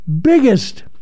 biggest